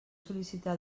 sol·licitar